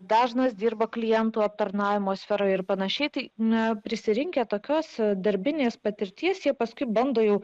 dažnas dirba klientų aptarnavimo sferoje ir pan tai ne prisirinkę tokios darbinės patirties jie paskui bando jau